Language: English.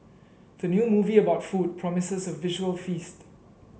the new movie about food promises a visual feast